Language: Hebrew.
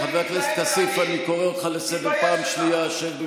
כל מילה שאמרתי היא אמת.